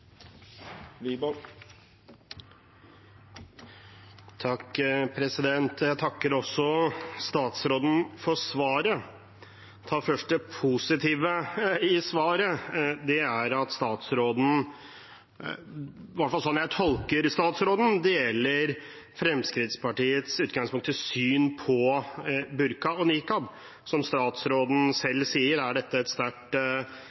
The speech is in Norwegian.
positive først. Det er at statsråden deler – i hvert fall sånn jeg tolker henne – det som i utgangspunktet er Fremskrittspartiets syn på burka og nikab. Som statsråden selv sier, er dette et sterkt